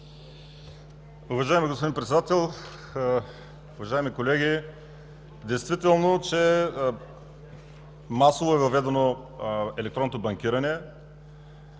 Уважаеми господин Председател, уважаеми колеги! Действително масово е въведено електронното банкиране,